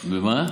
במה?